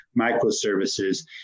microservices